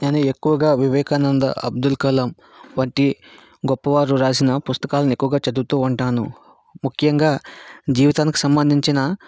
నేను ఎక్కువగా వివేకానంద అబ్దుల్ కలాం వంటి గొప్పవారు రాసిన పుస్తకాలని ఎక్కువగా చదువుతూ ఉంటాను ముఖ్యంగా జీవితానికి సంబంధించిన